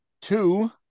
two